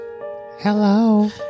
Hello